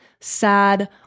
sad